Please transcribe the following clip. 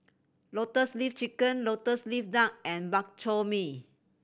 Lotus Leaf Chicken Lotus Leaf Duck and Bak Chor Mee